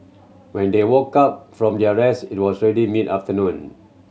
when they woke up from their rest it was already mid afternoon